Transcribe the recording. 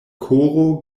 koro